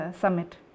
summit